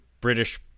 British